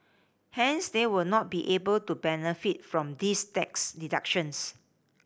hence they would not be able to benefit from these tax deductions